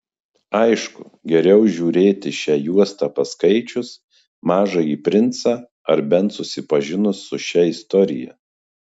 aišku geriau žiūrėti šią juostą paskaičius mažąjį princą ar bent susipažinus su šia istorija